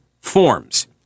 forms